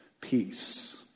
Peace